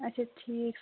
اَچھا ٹھیٖک